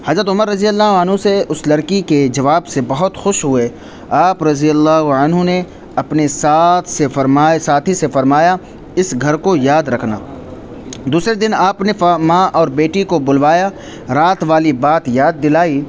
حضرت عمر رضی اللہ عنہ سے اس لڑکی کے جواب سے بہت خوش ہوئے آپ رضی اللہ عنہ نے اپنے ساتھ سے فرمایا ساتھی سے فرمایا اس گھر کو یاد رکھنا دوسرے دن آپ نے ماں اور بیٹی کو بلوایا رات والی بات یاد دلائی